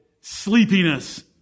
sleepiness